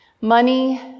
Money